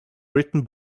written